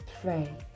pray